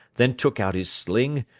then took out his sling,